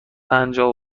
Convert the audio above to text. پنجاه